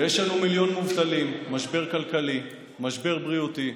יש לנו מיליון מובטלים, משבר כלכלי, משבר בריאותי.